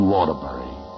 Waterbury